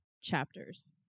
chapters